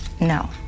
no